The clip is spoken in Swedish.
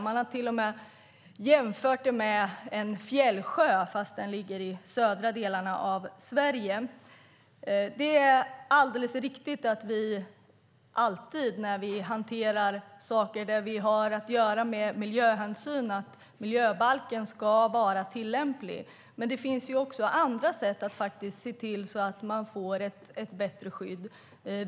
Man har till och med jämfört Vättern med en fjällsjö, fast den ligger i södra delen av Sverige. Det är alldeles riktigt att miljöbalken alltid ska vara tillämplig när vi hanterar saker som har att göra med miljöhänsyn. Men det finns också andra sätt att se till att man får ett bättre skydd.